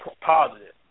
positive